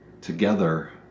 together